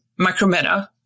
Micrometa